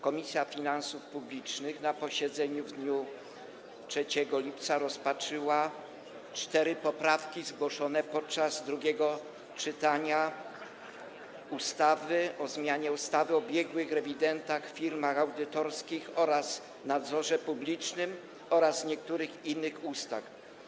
Komisja Finansów Publicznych na posiedzeniu w dniu 3 lipca rozpatrzyła cztery poprawki zgłoszone podczas drugiego czytania ustawy o zmianie ustawy o biegłych rewidentach, firmach audytorskich oraz nadzorze publicznym oraz niektórych innych ustaw.